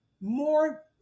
More